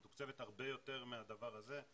מתוקצבת הרבה יותר מהדבר הזה,